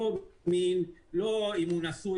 לא --- לא הם הוא נשוי,